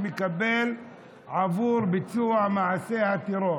שמקבל עבור ביצוע מעשה הטרור